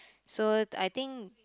so I think